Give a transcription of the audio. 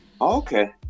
Okay